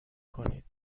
کنید